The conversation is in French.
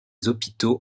hôpitaux